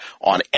on